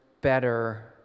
better